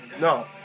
no